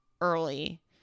early